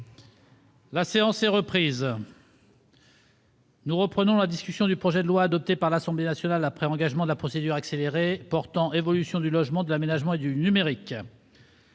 La séance est reprise. Nous reprenons la discussion du projet de loi, adopté par l'Assemblée nationale après engagement de la procédure accélérée, portant évolution du logement, de l'aménagement et du numérique.